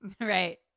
Right